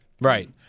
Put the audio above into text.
Right